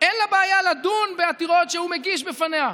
ואין לה בעיה לדון בעתירות שהוא מגיש בפניה.